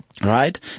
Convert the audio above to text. Right